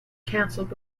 cancelled